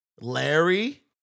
Larry